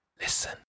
Listen